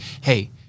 hey